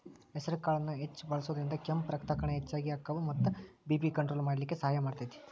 ಹೆಸರಕಾಳನ್ನ ಹೆಚ್ಚ್ ಬಳಸೋದ್ರಿಂದ ಕೆಂಪ್ ರಕ್ತಕಣ ಹೆಚ್ಚಗಿ ಅಕ್ಕಾವ ಮತ್ತ ಬಿ.ಪಿ ಕಂಟ್ರೋಲ್ ಮಾಡ್ಲಿಕ್ಕೆ ಸಹಾಯ ಮಾಡ್ತೆತಿ